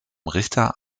richter